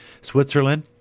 Switzerland